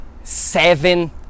Seven